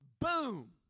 boom